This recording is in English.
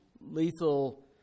lethal